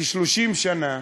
כ-30 שנה,